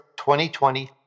2020